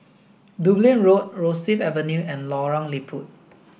Dublin Road Rosyth Avenue and Lorong Liput